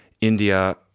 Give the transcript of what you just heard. India